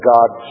God